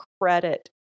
credit